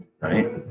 right